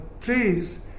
please